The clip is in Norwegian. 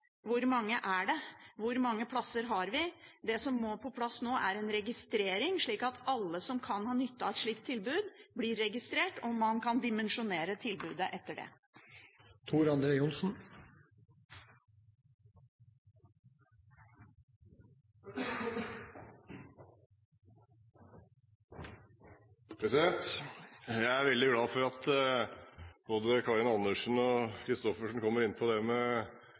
Hvor mange er det? Hvor mange plasser har vi? Det som må på plass nå, er en registrering, slik at alle som kan ha nytte av et slikt tilbud, blir registrert, og man kan dimensjonere tilbudet etter det. Jeg er veldig glad for at både Karin Andersen og Lise Christoffersen kom inn på